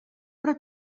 però